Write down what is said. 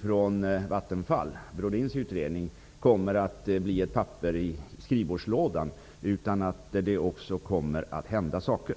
från Vattenfall -- Brodins utredning -- inte bara blir ett papper i skrivbordslådan utan medför att det verkligen händer saker?